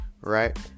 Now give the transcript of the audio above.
right